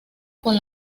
con